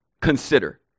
consider